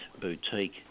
boutique